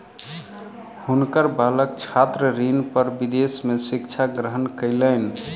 हुनकर बालक छात्र ऋण पर विदेश में शिक्षा ग्रहण कयलैन